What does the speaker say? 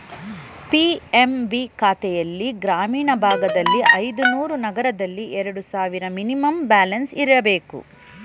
PMB ಖಾತೆಲ್ಲಿ ಗ್ರಾಮೀಣ ಭಾಗದಲ್ಲಿ ಐದುನೂರು, ನಗರದಲ್ಲಿ ಎರಡು ಸಾವಿರ ಮಿನಿಮಮ್ ಬ್ಯಾಲೆನ್ಸ್ ಇಡಬೇಕು